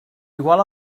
igual